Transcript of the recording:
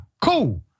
Cool